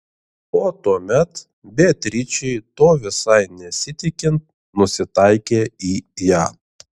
o tuomet beatričei to visai nesitikint nusitaikė į ją